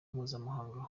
mpuzamahanga